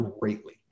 greatly